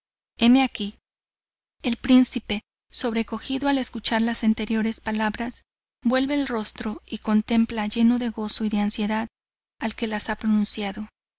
heme aquí el príncipe sobrecogido al escuchar las anteriores palabras vuelve el rostro y contempla lleno de gozo y de ansiedad al que las ha pronunciado